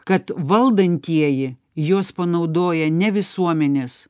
kad valdantieji juos panaudoja ne visuomenės